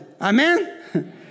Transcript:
Amen